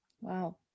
Wow